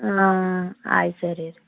ಹಾಂ ಆಯ್ತು ಸರಿ ರೀ